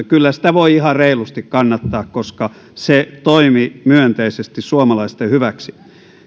kyllä sitä voi ihan reilusti kannattaa koska se toimi myönteisesti suomalaisten hyväksi